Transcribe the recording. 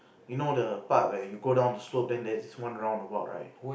you know the part where you go down the slope then there's this one roundabout right